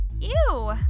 Ew